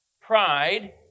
Pride